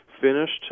finished